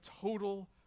total